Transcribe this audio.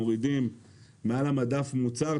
מורידים מעל המדף מוצר,